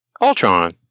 Ultron